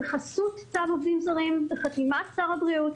בחסות צו עובדים זרים בחתימת שר הבריאות,